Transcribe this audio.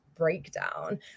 breakdown